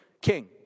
king